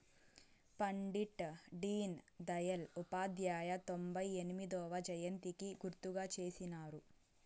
పండిట్ డీన్ దయల్ ఉపాధ్యాయ తొంభై ఎనిమొదవ జయంతికి గుర్తుగా చేసినారు